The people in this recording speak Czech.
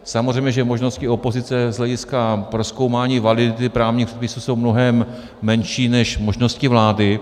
Samozřejmě že možnosti opozice z hlediska prozkoumání validity právních předpisů jsou mnohem menší než možnosti vlády.